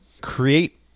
create